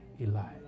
Elijah